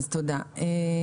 תודה על כך.